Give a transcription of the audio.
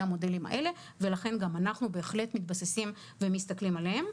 המודלים האלה ולכן גם אנחנו בהחלט מתבססים ומסתכלים עליהם.